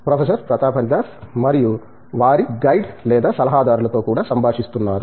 professor Pratap Haridas మరియు వారి guide లేదా సలహాదారులతో కూడా సంభాషిస్తున్నారు